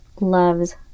loves